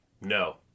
No